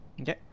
Okay